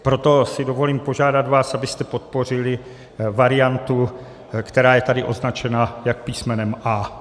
Proto si dovolím požádat vás, abyste podpořili variantu, která je tady označena jako písmenem A.